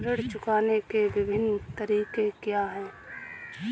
ऋण चुकाने के विभिन्न तरीके क्या हैं?